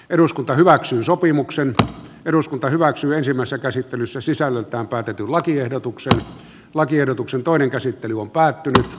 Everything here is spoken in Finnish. eduskunta hyväksyy sopimuksen eduskunta hyväksyy ensimmäistä käsittelyssä sisällöltään päätetyn lakiehdotuksen lakiehdotuksen toinen käsittely on päättynyt